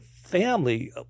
family